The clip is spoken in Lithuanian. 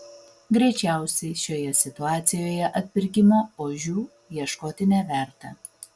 greičiausiai šioje situacijoje atpirkimo ožių ieškoti neverta